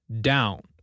down